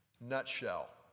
Nutshell